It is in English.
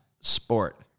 sport